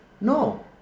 No